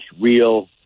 real